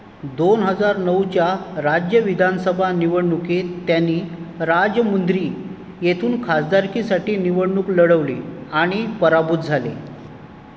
दोन हजार नऊच्या राज्य विधानसभा निवडणुकीत त्यांनी राजमुंद्री येथून खासदारकीसाठी निवडणूक लढवली आणि पराभूत झाले